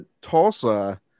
Tulsa